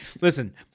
listen